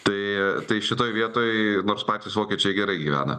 tai tai šitoje vietoj nors patys vokiečiai gerai gyvena